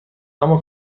اما